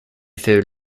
ful